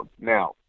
Now